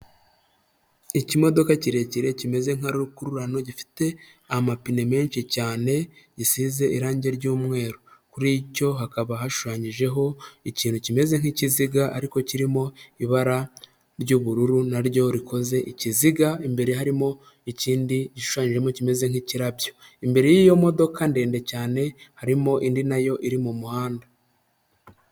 Ikimodoka kirekire kimeze nka rukururano gifite amapine menshi cyane, gisize irangi ry'umweru, kuri cyo hakaba hashushanyijeho ikintu kimeze nk'ikiziga ariko kirimo ibara ry'ubururu naryo rikoze ikiziga, imbere harimo ikindi gishushanyijwemo kimeze nk'ikirabyo, imbere y'iyo modoka ndende cyane harimo indi nayo iri mu muhanda.